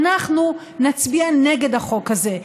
אנחנו נצביע נגד החוק הזה,